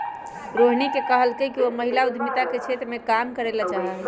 रोहिणी ने कहल कई कि वह महिला उद्यमिता के क्षेत्र में काम करे ला चाहा हई